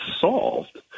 solved